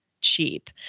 cheap